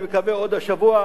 אני מקווה עוד השבוע,